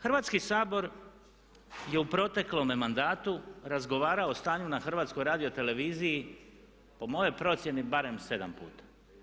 Hrvatski sabor je u proteklome mandatu razgovarao o stanju na HRT-u po mojoj procjeni barem 7 puta.